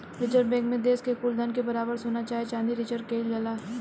reserve bank मे देश के कुल धन के बराबर सोना चाहे चाँदी रिजर्व केइल जाला